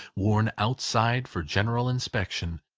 worn outside for general inspection,